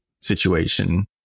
situation